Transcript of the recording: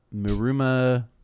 Muruma